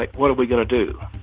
like what are we going to do?